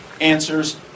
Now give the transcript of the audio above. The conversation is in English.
answers